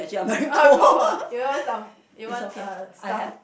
cold ah you want some you want uh scarf